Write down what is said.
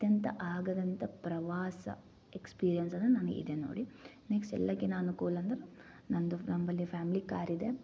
ಅತ್ಯಂತ ಆಗದಂತ ಪ್ರವಾಸ ಎಕ್ಸ್ಪಿರಿಯೆನ್ಸ್ ಅಂದ್ರೆ ನನ್ಗೆ ಇದೆ ನೋಡಿ ನೆಕ್ಸ್ಟ್ ಎಲ್ಲಕಿನ ಅನುಕೂಲ ಅಂದ್ರೆ ನಂದು ನಂಬಳಿ ಫ್ಯಾಮ್ಲಿ ಕಾರ್ ಇದೆ